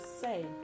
say